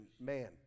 man